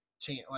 chance